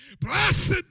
Blessed